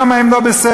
כמה הם לא בסדר.